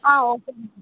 ah okay ma'am